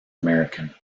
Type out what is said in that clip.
american